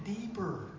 deeper